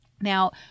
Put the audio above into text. Now